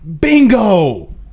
Bingo